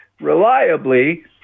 reliably